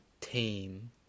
team